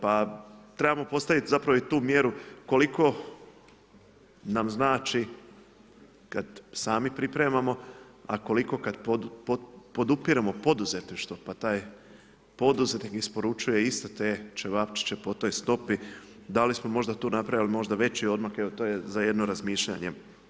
Pa trebamo postaviti zapravo i tu mjeru koliko nam znači kada sami pripremamo a koliko kad podupiremo poduzetništvo pa taj poduzetnik isporučuje isto te ćevapčiće po toj stopi, da li smo možda tu napravili možda veći odmak, evo to je za jedno razmišljanje.